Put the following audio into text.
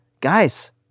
guys